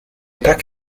tak